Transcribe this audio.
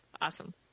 Awesome